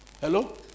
hello